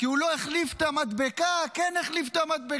כי הוא לא החליף את המדבקה, כן החליף את המדבקה.